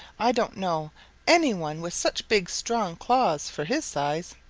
i don't know any one with such big strong claws for his size.